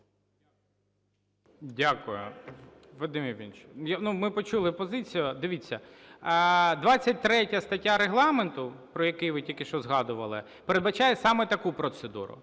Дякую. Вадим Євгенович, ну, ми почули позицію. Дивіться, 23 стаття Регламенту, про який ви тільки що згадували, передбачає саме таку процедуру.